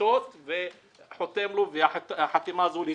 מיטות וחותם לו, והחתימה הזו להתחשבנות.